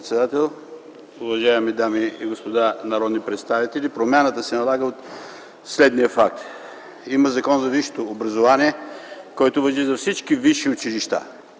промяната се налага от следния факт. Има Закон за висшето образование, който важи за всички висши училища.